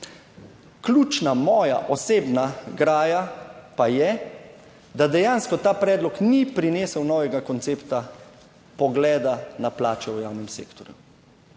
Ključna moja osebna graja pa je, da dejansko ta predlog ni prinesel novega koncepta pogleda na plače v javnem sektorju.